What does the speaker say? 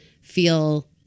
feel